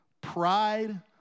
Pride